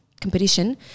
competition